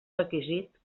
requisit